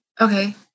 Okay